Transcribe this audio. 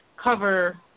Cover